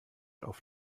auf